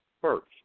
First